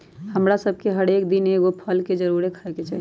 हमरा सभके हरेक दिन एगो फल के जरुरे खाय के चाही